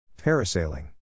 Parasailing